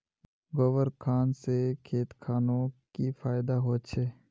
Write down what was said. गोबर खान से खेत खानोक की फायदा होछै?